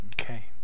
Okay